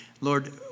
Lord